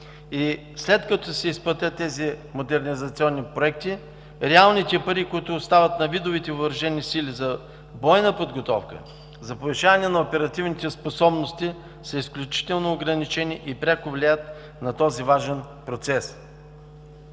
след като се изплатят тези модернизационни проекти, реалните пари, които остават на видовете въоръжени сили за бойна подготовка, за повишаване на оперативните способности, са изключително ограничени и пряко влияят на този важен процес.